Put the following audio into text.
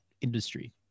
industry